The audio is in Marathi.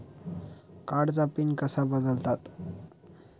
कार्डचा पिन कसा बदलतात?